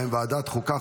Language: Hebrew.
ובהן ועדת החוקה,